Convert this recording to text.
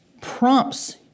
prompts